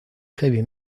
heavy